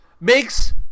Makes